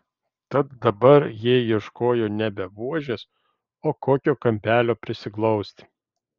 tad dabar jie ieškojo nebe buožės o kokio kampelio prisiglausti